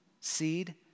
seed